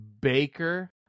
Baker